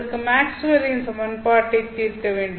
அதற்கு மேக்ஸ்வெல்லின் சமன்பாட்டைத் தீர்க்க வேண்டும்